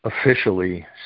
officially